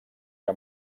que